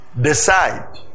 Decide